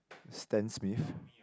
Stan Smith